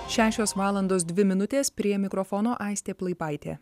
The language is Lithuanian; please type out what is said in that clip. šešios valandos dvi minutės prie mikrofono aistė plaipaitė